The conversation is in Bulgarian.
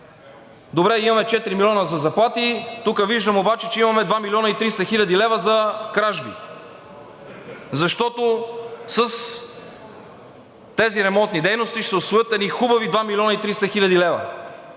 Добре, имаме 4 милиона за заплати, тук виждам обаче, че имаме 2 млн. и 300 хил. лв. за кражби, защото с тези ремонтни дейности ще се усвоят едни хубави 2 млн. и 300 хил. лв.